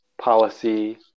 policy